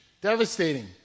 devastating